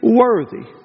worthy